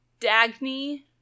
Dagny